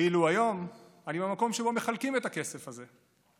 ואילו היום אני במקום שבו מחלקים את הכסף הזה.